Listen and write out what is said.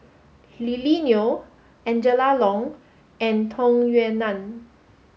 Lily Neo Angela Liong and Tung Yue Nang